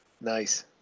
nice